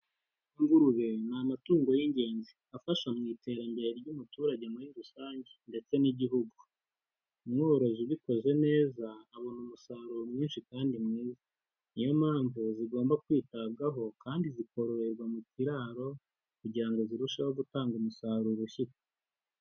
Ingurube ni amatungo y'ingenzi afasha mu iterambere ry'umuturage muri rusange ndetse n'igihugu, umworozi ubikoze neza abona umusaruro mwinshi kandi mwiza. Ni yo mpamvu zigomba kwitabwaho kandi zikororerwa mu kiraro kugira ngo zirusheho gutanga umusaruro ushyitse.